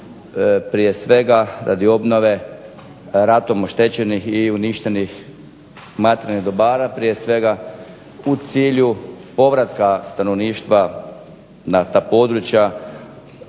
Prije svega radi obnove ratom oštećenih i uništenih materijalnih dobara; prije svega u cilju povratka stanovništva na ta područja,